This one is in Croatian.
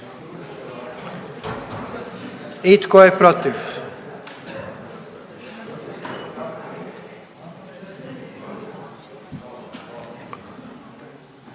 I tko je protiv?